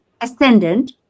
ascendant